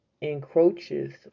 encroaches